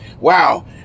Wow